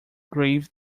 grave